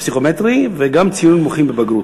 בפסיכומטרי וגם ציונים נמוכים בבגרות.